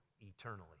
eternally